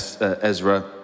Ezra